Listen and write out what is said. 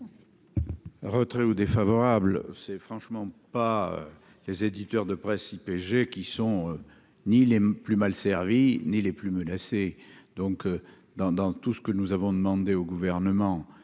Retrait ou défavorables, c'est franchement pas les éditeurs de presse IPG qui sont ni les plus mal servis, ni les plus menacés donc dans dans tout ce que nous avons demandé au gouvernement